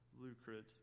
lucrative